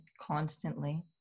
constantly